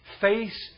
face